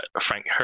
Frank